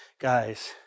guys